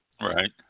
Right